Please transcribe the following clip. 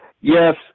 Yes